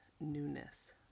newness